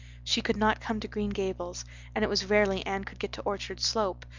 she could not come to green gables and it was rarely anne could get to orchard slope,